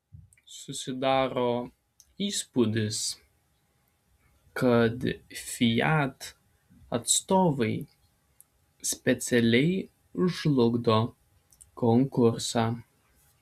susidaro įspūdis kad fiat atstovai specialiai žlugdo konkursą